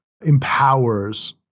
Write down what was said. empowers